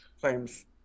claims